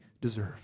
deserve